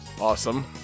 Awesome